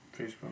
Facebook